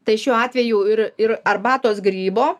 tai šiuo atveju ir ir arbatos grybo